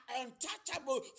untouchable